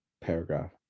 paragraph